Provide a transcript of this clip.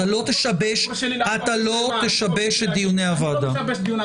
אתה לא תשבש את דיוני הוועדה.